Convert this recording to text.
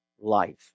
life